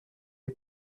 est